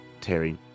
Terry